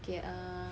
okay err